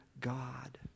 God